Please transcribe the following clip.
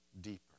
deeper